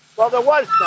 well that was not.